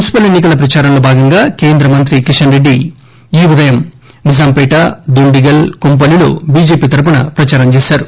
municipal ఎన్ని కల ప్రచారంలో భాగంగా కేంద్ర మంత్రి కిషన్ రెడ్డి ఈ ఉదయం నిజాంపేట దుండిగల్ కొంపల్లి లో బిజెపి తరఫున ప్రచారం చేశారు